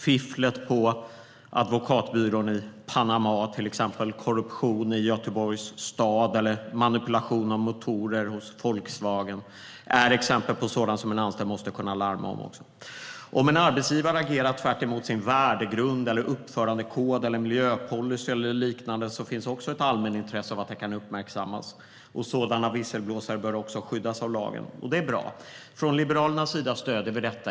Fifflet på advokatbyrån i Panama, korruption i Göteborgs stad eller manipulation av motorer hos Volkswagen är exempel på sådant som en anställd måste kunna slå larm om. Om en arbetsgivare agerar tvärtemot sin värdegrund, uppförandekod, miljöpolicy eller liknande finns det också ett allmänintresse av att det uppmärksammas. Sådana visselblåsare bör också skyddas av lagen. Detta är bra. Liberalerna stöder detta.